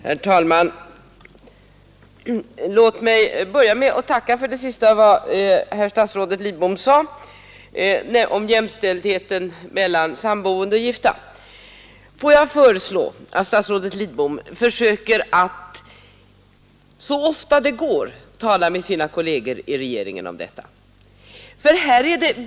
Herr talman! Låt mig börja med att tacka för det sista som statsrådet Lidbom sade om jämställdheten mellan sammanboende gifta. Får jag där föreslå att statsrådet Lidbom försöker att så ofta det går tala med sina kolleger i regeringen om detta.